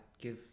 give